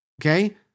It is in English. Okay